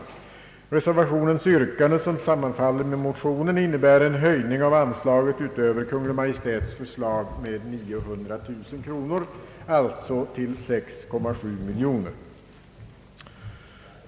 Reservationens yrkande, som sammanfaller med motionens, innebär en höjning av anslaget utöver Kungl. Maj:ts förslag med 900 000 kronor, alltså till 6,7 miljoner kronor.